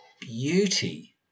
beauty